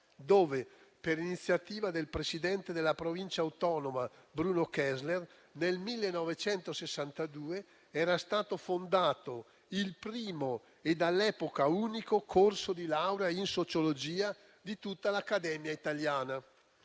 dove, per iniziativa del presidente della Provincia autonoma Bruno Kessler, nel 1962, era stato fondato il primo - e all'epoca unico - corso di laurea in sociologia di tutta l'Accademia italiana.